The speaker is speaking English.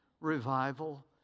revival